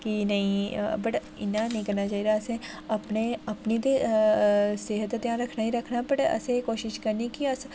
की नेईं वट् इ'यां नेईं करना चाहिदा असें अपने अपनी ते सेह्त दा ध्यान रखना ई रखना वट् असें एह् कोशिश करनी कि अस